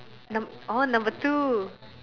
num~ oh number two